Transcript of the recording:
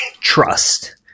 trust